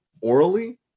orally